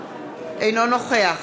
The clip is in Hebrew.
אינו נוכח